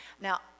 Now